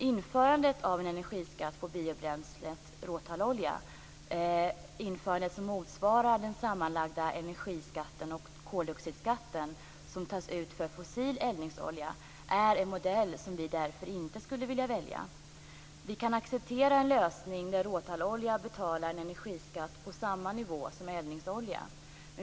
Införande av en energiskatt för biobränslet råltallolja som motsvarar den sammanlagda energiskatt och koldioxidskatt som tas ut för fossil eldningsolja är en modell som vi därför inte skulle kunna välja. Vi kan acceptera en lösning där råtalloljan belastas med en skatt på samma nivå som för eldningsolja.